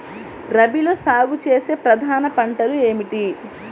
రబీలో సాగు చేసే ప్రధాన పంటలు ఏమిటి?